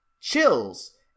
chills